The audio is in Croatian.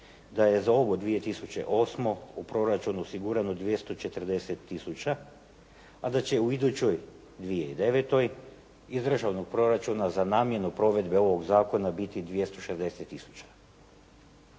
da je za ovu 2008. u proračunu osigurano 240 tisuća, a da će u idućoj 2009. iz državnog proračuna za namjenu provedbe ovog zakona biti 260